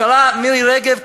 השרה מירי רגב,